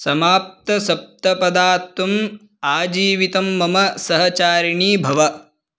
समाप्तसप्तपदा त्वम् आजीवितं मम सहचारिणी भव